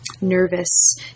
nervous